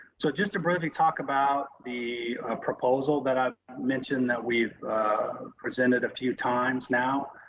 so just to briefly talk about the proposal that i've mentioned, that we've presented a few times now,